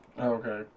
Okay